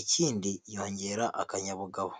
Ikindi yongera akanyabugabo.